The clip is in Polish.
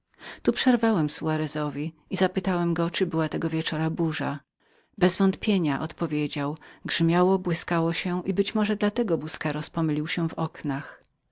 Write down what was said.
tu przerwałem soarezowi i zapytałem go czy była tego wieczora burza bezwątpienia odpowiedziałem grzmiało łyskało się i być może że dla tego busqueros pomylił się w oknach